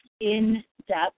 in-depth